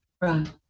right